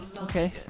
Okay